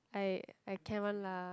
I I can one lah